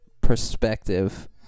perspective